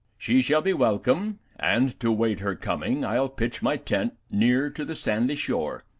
she shall be welcome and, to wait her coming, i'll pitch my tent near to the sandy shore.